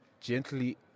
gently